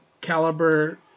caliber